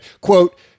quote